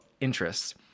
interests